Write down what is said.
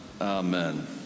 amen